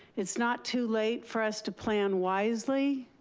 it's not too late for us to plan wisely,